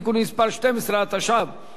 התשע"ב 2012,